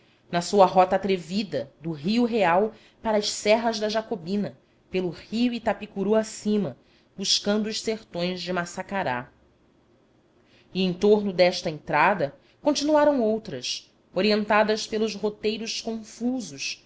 na sua rota atrevida do rio real para as serras de jacobina pelo rio itapicuru acima buscando os sertões de maçacará e em torno desta entrada continuaram outras orientadas pelos roteiros confusos